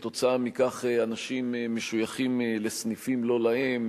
וכתוצאה מכך אנשים משויכים לסניפים לא להם,